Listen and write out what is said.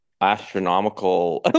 astronomical